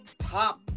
top